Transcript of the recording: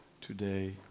Today